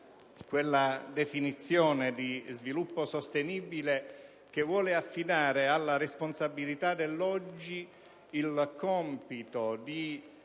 quella definizione di sviluppo sostenibile che vuole affidare alla responsabilità dell'oggi il compito di